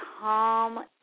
calm